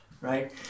Right